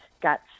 got